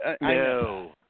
No